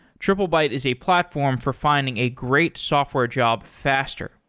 triplebyte is a platform for finding a great software job faster.